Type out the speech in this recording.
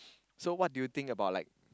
so what do you think about like